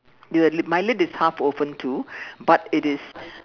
you know that my lid is half open too but it is